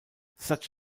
such